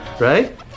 Right